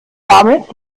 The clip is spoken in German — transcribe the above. damit